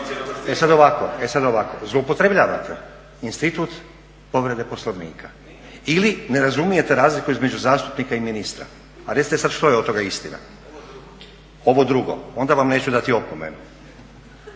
E sad ovako, zloupotrebljavate institut povrede Poslovnika ili ne razumijete razliku između zastupnika i ministra, a recite sad što je od toga istina. … /Upadica se ne razumije./